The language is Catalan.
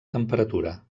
temperatura